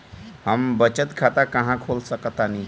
हम बचत खाता कहां खोल सकतानी?